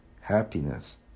happiness